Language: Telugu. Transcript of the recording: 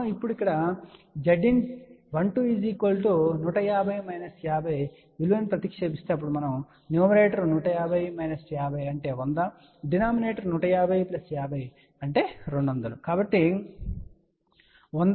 కాబట్టి మనం ఇప్పుడు Zin12 150 50 విలువను ప్రతిక్షేపిస్తే అప్పుడు న్యూమరేటర్ 150 50 100 డినామినేటర్ 150 50 200 కాబట్టి 100200 ½